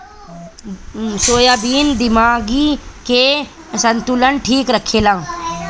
soybean दिमागी के संतुलन ठीक रखेला